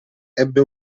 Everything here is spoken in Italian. ebbe